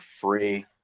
free